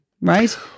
right